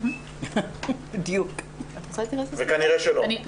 וכנראה שלא.